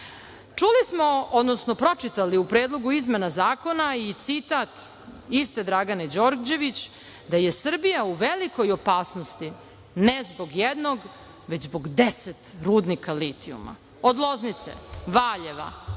smo, odnosno pročitali u Predlogu izmena zakona i citat iste Dragane Đorđević, da je Srbija u velikoj opasnosti, ne zbog jednog, nego zbog deset rudnika litijuma. Od Loznice, Valjeva,